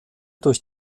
durch